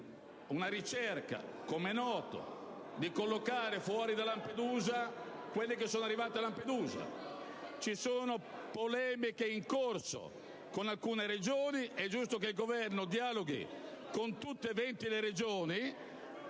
sta cercando - com'è noto - di collocare fuori da Lampedusa quelli che sono arrivati sull'isola. Ci sono polemiche in corso con alcune Regioni; è giusto che il Governo dialoghi con tutte e 20 le Regioni